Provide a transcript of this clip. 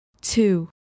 two